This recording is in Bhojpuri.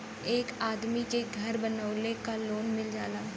एक आदमी के घर बनवावे क लोन मिल जाला